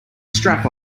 strap